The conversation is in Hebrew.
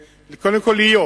קודם כול להיות.